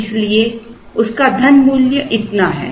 इसलिए उस का धन मूल्य इतना है